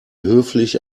höflich